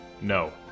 No